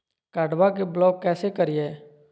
कार्डबा के ब्लॉक कैसे करिए?